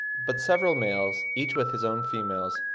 but several males, each with his own females,